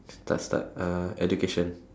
uh education